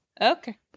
Okay